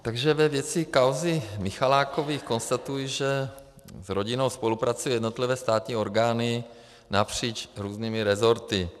Takže ve věci kauzy Michalákových konstatuji, že s rodinou spolupracují jednotlivé státní orgány napříč různými resorty.